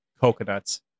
Coconuts